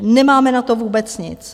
Nemáme na to vůbec nic.